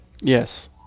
Yes